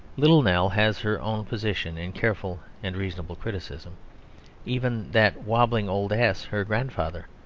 little nell has her own position in careful and reasonable criticism even that wobbling old ass, her grandfather,